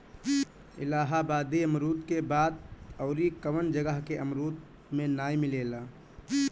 इलाहाबादी अमरुद के बात अउरी कवनो जगह के अमरुद में नाइ मिलेला